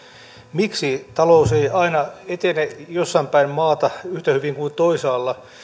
miksi talous ei aina etene jossain päin maata yhtä hyvin kuin toisaalla